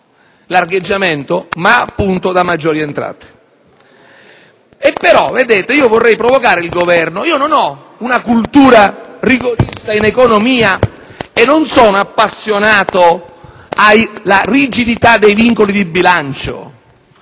largheggiamento, ma, appunto, da maggiori entrate. Vorrei provocare il Governo, perché non ho una cultura rigorista in economia e non sono appassionato alla rigidità dei vincoli di bilancio.